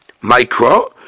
Micro